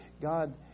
God